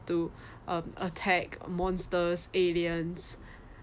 to uh attack monsters aliens